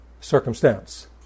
circumstance